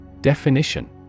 Definition